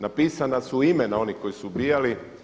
Napisana su imena onih koji su ubijali.